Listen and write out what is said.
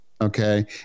okay